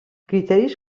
criteris